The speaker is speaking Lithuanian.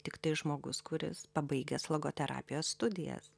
tiktai žmogus kuris pabaigęs logoterapijos studijas